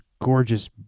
gorgeous